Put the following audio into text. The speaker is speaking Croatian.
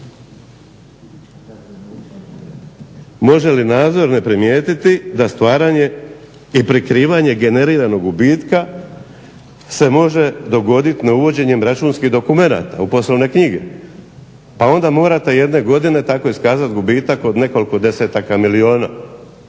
Može li nadzor ne primijetiti da stvaranje i prikrivanje generiranog gubitka se može dogoditi na uvođenjem računskih dokumenata u poslovne knjige, pa onda morate jedne godine tako iskazati gubitak od nekoliko desetaka milijuna.